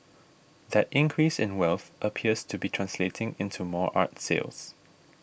that increase in wealth appears to be translating into more art sales